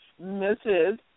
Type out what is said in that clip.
Mrs